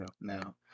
Now